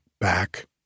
back